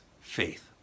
faith